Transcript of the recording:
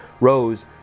rose